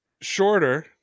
Shorter